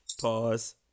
Pause